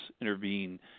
intervene